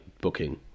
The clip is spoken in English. booking